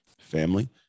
family